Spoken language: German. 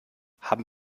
haben